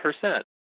percent